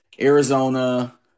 Arizona